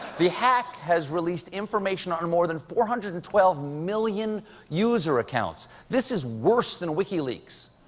the hack has released information on more than four hundred and twelve million user accounts. this is worse than wikileaks.